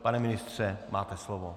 Pane ministře, máte slovo.